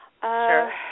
Sure